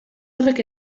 horrek